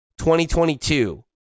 2022